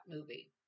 movie